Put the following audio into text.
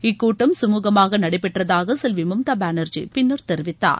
இக்கூட்டம் சுமூகமாக நடைபெற்றதாக செல்வி மம்தா பானர்ஜி பின்னர் தெரிவித்தார்